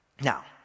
Now